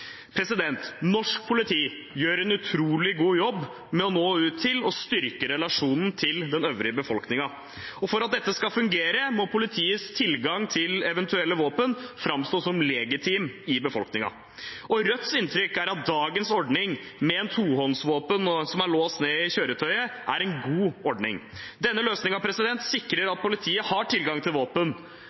Norsk politi gjør en utrolig god jobb med å nå ut til og styrke relasjonen til den øvrige befolkningen. For at dette skal fungere, må politiets tilgang til eventuelle våpen framstå som legitim i befolkningen. Rødts inntrykk er at dagens ordning med et tohåndsvåpen som er låst ned i kjøretøyet, er en god ordning. Denne løsningen sikrer at politiet har tilgang til våpen